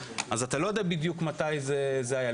אתה לא יודע בדיוק מתי זה היה.